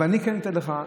אבל אני כן אתן לך,